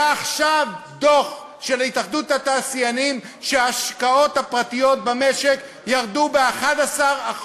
היה עכשיו דוח של התאחדות התעשיינים שההשקעות הפרטיות במשק ירדו ב-11%.